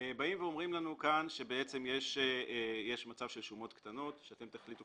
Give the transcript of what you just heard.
אומרים לנו כאן שיש מצב של שומות קטנות אתם תחליטו,